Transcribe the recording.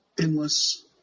endless